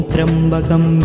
Trambakam